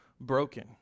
broken